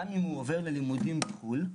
גם אם הוא עובר ללימודים בחו"ל,